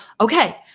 okay